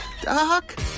Doc